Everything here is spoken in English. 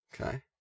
okay